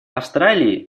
австралии